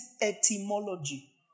etymology